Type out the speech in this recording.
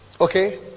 okay